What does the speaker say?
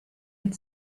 had